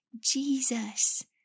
Jesus